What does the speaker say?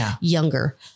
younger